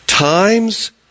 Times